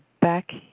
back